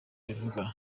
abivuga